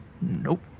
nope